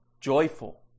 joyful